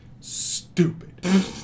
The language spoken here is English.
Stupid